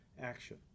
action